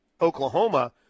Oklahoma